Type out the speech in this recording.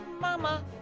mama